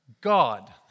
God